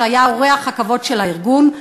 שהיה אורח הכבוד של הארגון.